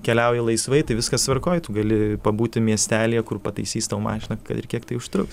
keliauji laisvai tai viskas tvarkoj tu gali pabūti miestelyje kur pataisys tau mašiną kad ir kiek tai užtruks